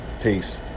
Peace